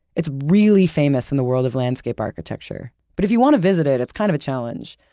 it's really famous in the world of landscape architecture. but if you want to visit it, it's kind of a challenge.